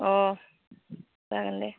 अ जागोन दे